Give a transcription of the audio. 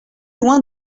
loin